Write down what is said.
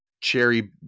cherry